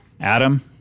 Adam